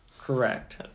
Correct